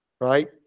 Right